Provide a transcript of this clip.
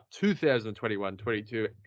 2021-22